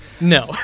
No